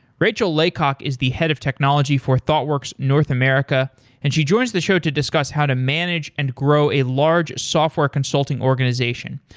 rachel laycock is the head of technology for thoughtworks north america and she joins the show to discuss how to manage and grow a large software consulting organization.